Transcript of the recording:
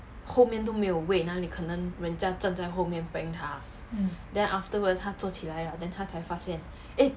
后面都没有位哪里可能人家站在后面 prank 他 then afterwards 他做起来 liao 他才发现 eh